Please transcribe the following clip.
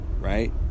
right